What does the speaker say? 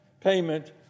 payment